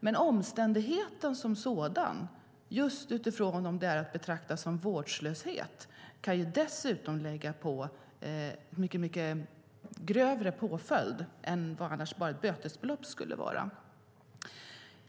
Men omständigheten som sådan, om det är att betrakta som vårdslöshet, kan dessutom ge mycket större påföljd än bara ett bötesbelopp.